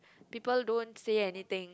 people don't say anything